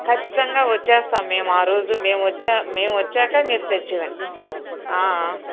కచ్చితంగా వచ్చేస్తాం మేం ఆరోజు మేము వచ్చాక మీరు తెచ్చివ్వండి